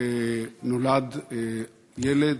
נולד ילד,